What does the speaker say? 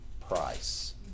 price